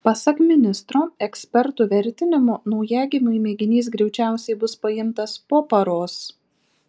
pasak ministro ekspertų vertinimu naujagimiui mėginys greičiausiai bus paimtas po paros